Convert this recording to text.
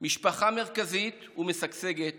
משפחה מרכזית ומשגשגת